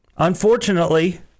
Unfortunately